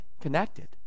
connected